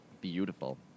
Beautiful